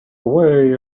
away